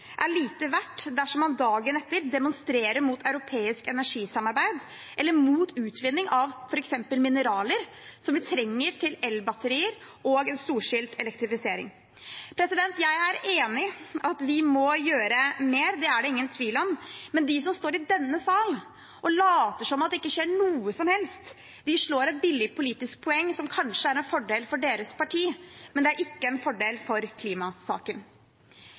er lite verdt dersom man dagen etter demonstrerer mot europeisk energisamarbeid eller mot utvinning av f.eks. mineraler vi trenger til elbatterier og en storstilt elektrifisering. Jeg er enig i at vi må gjøre mer. Det er det ingen tvil om. Men de som står i denne sal og later som om det ikke skjer noe som helst, slår et billig politisk poeng som kanskje er en fordel for deres parti, men det er ikke en fordel for klimasaken.